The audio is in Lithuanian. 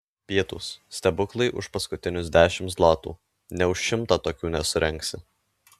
pietūs stebuklai už paskutinius dešimt zlotų nė už šimtą tokių nesurengsi